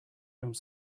home